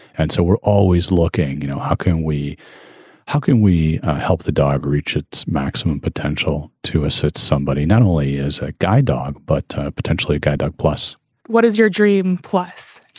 and so we're always looking you know, how can we how can we help the dog reach its maximum potential to assist somebody not only as a guide dog, but potentially a guide dog plus what is your dream? plus,